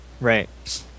Right